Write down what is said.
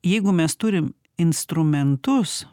jeigu mes turim instrumentus